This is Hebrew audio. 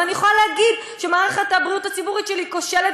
ואני יכולה להגיד שמערכת הבריאות הציבורית שלי כושלת